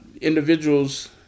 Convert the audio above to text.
individuals